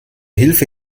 hilfe